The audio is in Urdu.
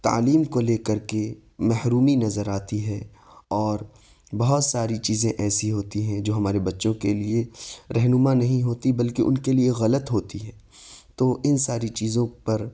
تعلیم کو لے کر کے محرومی نظر آتی ہے اور بہت ساری چیزیں ایسی ہوتی ہیں جو ہمارے بچوں کے لیے رہنما نہیں ہوتی بلکہ ان کے لیے غلط ہوتی ہے تو ان ساری چیزوں پر